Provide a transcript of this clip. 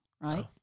right